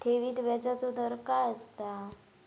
ठेवीत व्याजचो दर काय असता?